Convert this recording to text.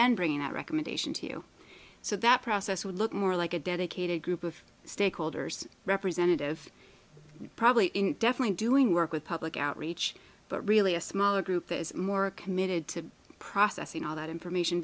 then bringing that recommendation to you so that process would look more like a dedicated group of stakeholders representative probably in definitely doing work with public outreach but really a smaller group that is more committed to processing all that information